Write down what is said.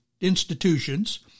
institutions